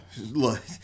look